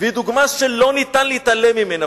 והיא דוגמה שאי-אפשר להתעלם ממנה,